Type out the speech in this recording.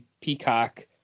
Peacock